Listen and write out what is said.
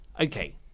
okay